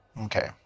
Okay